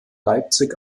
leipzig